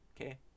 okay